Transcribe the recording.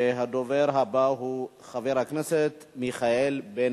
הדובר הבא הוא חבר הכנסת מיכאל בן-ארי,